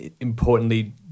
importantly